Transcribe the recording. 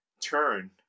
turn